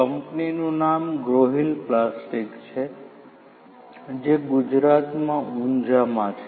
કંપનીનું નામ Growhill plastic છે જે ગુજરાતમાં ઊંજામાં છે